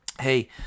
Hey